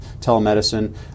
telemedicine